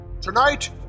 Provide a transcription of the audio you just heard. Tonight